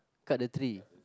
cut the tree